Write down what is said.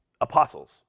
apostles